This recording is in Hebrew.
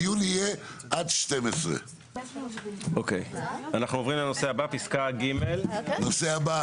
הדיון יהיה עד 12:00. מליאה ב-12:00.